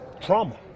trauma